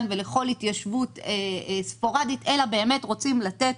ולכל התיישבות ספורדית אלא באמת רוצים לתת,